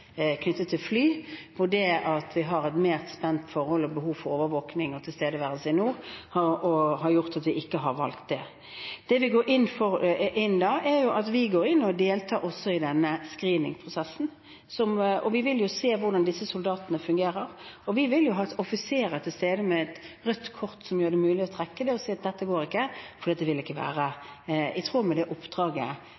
knyttet til fly, og det at vi har et mer spent forhold i nord og behov for overvåking og tilstedeværelse der, har gjort at vi ikke har valgt det. Det vi gjør, er at vi går inn og deltar også i denne screening-prosessen, og vi vil se hvordan disse soldatene fungerer. Vi vil ha offiserer til stede med et rødt kort som gjør det mulig å trekke det og si at dette går ikke, for dette vil ikke være i tråd med det de personene mener som har tillit til at vi kan gjøre det oppdraget. Det vil alltid være